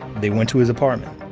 they went to his apartment.